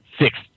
six